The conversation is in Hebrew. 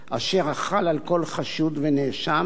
אשר חל על כל חשוד ונאשם,